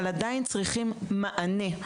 אבל עדיין צריכים מענה.